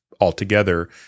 altogether